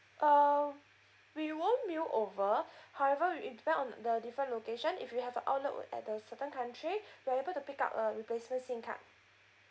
um we won't mail over however it depend on the different location if you have a outlet where at the certain country you're to able to pick up a replacement SIM card